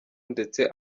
ndetse